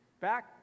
Back